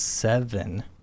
Seven